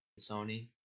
Sony